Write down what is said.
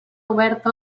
oberta